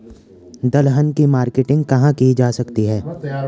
दलहन की मार्केटिंग कहाँ की जा सकती है?